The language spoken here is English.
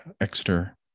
Exeter